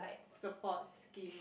support scheme